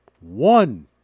one